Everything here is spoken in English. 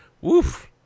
Woof